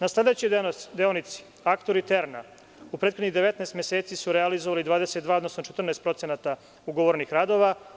Na sledećoj deonici, „Aktor“ i „Terna“, u prethodnih 19 meseci, su realizovali 22, odnosno 14% ugovorenih radova.